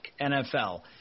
NFL